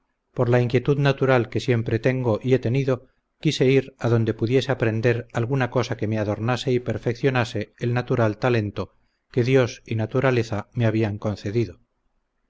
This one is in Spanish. por la inquietud natural que siempre tengo y he tenido quise ir a donde pudiese aprender alguna cosa que me adornase y perfeccionase el natural talento que dios y naturaleza me habían concedido